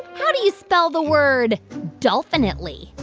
how do you spell the word dolphinitely?